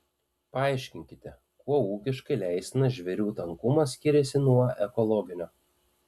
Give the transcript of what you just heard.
paaiškinkite kuo ūkiškai leistinas žvėrių tankumas skiriasi nuo ekologinio